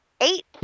eight